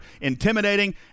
intimidating